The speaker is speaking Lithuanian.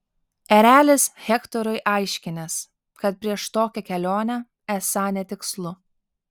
erelis hektorui aiškinęs kad prieš tokią kelionę esą netikslu